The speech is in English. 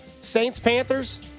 Saints-Panthers